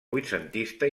vuitcentista